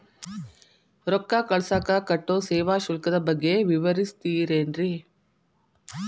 ರೊಕ್ಕ ಕಳಸಾಕ್ ಕಟ್ಟೋ ಸೇವಾ ಶುಲ್ಕದ ಬಗ್ಗೆ ವಿವರಿಸ್ತಿರೇನ್ರಿ?